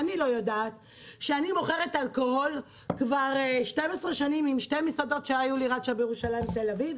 אני מוכרת אלכוהול כבר 12 שנים בשתי מסעדות שהיו לי בירושלים ובתל אביב